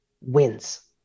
wins